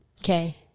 Okay